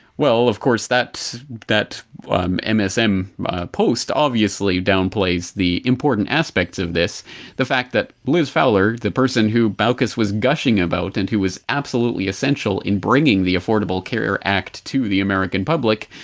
well, of course, that that um msm post obviously downplays the important aspects of this the fact that liz fowler, the person who baucus was gushing about and who was absolutely essential in bringing the affordable care act to the american public,